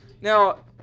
Now